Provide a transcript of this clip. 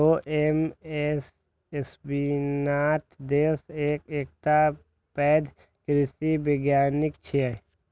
डॉ MS Swaminathan देश के एकटा पैघ कृषि वैज्ञानिक छियै